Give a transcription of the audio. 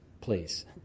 please